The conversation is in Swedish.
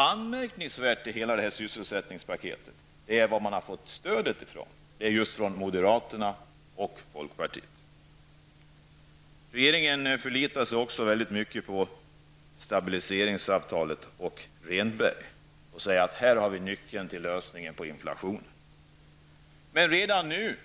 Anmärkningsvärt i hela detta sysselsättningspaket är varifrån man har fått stöd för det, nämligen från moderaterna och folkpartiet liberalerna. Regeringen förlitar sig också mycket på stabiliseringsavtalet och Rehnbergskommissionen och säger att man här har nyckeln till lösningen på inflationen. Men trots Rehnbergsavtalet